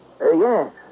Yes